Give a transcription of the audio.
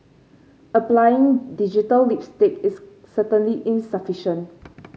applying digital lipstick is certainly insufficient